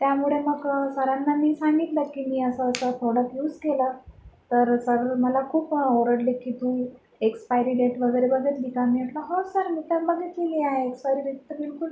त्यामुळे मग सरांना मी सांगितलं की मी असंअसं प्रॉडक्ट यूज केलं तर सर मला खूप ओरडले की तू एक्सपायरी डेट वगैरे बघितली का मी म्हटलं हो सर मी तर बघितलेली आहे एक्सपायरी डेट तर बिलकुल